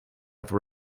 have